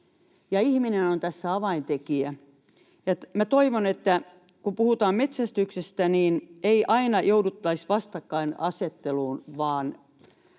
ihminen on tässä avaintekijä. Minä toivon, että kun puhutaan metsästyksestä, niin ei aina jouduttaisi vastakkainasetteluun,